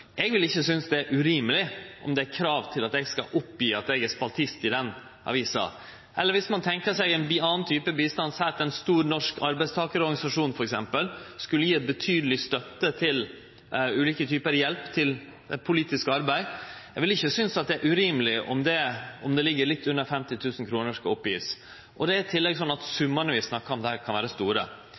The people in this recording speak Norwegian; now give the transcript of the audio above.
Eg vil ikkje synast det er urimeleg om det er krav til at eg skal gje opp at eg er spaltist i den avisa. Eller viss ein tenkjer seg ein annan type bistand – lat oss seie at ein stor norsk arbeidstakarorganisasjon, f.eks., skulle gje betydeleg støtte til ulike typar hjelp til politisk arbeid: Eg ville ikkje synast at det er urimeleg om det – om det ligg litt under 50 000 kr – skal gjevast opp. Det er i tillegg slik at summane vi snakkar om der, kan vere store.